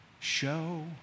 Show